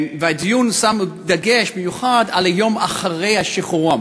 והדיון שם דגש מיוחד על היום שאחרי שחרורם.